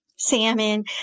salmon